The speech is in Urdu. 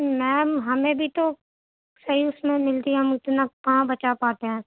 میم ہمیں بھی تو صحیح اس میں ملتی ہے ہم اتنا کہاں بچا پاتے ہیں